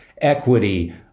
equity